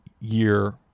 year